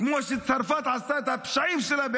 כמו שצרפת עשתה את הפשעים שלה באלג'יר,